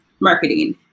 marketing